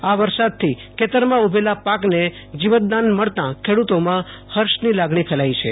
આ વરસાદથી ખેતરમાં ઉભેલા પાકને જીવતદાન મળતા ખેડુતોમાં હર્ષની લાગણી ફેલાઈ છે